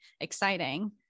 exciting